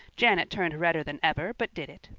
janet turned redder than ever but did it.